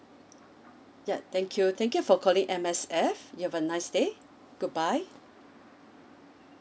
yup thank you thank you for calling M_S_F you have a nice day goodbye